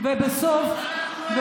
לכן הוא שולח, זה אנושי.